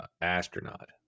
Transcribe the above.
astronaut